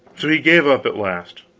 so he gave up at last,